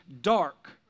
dark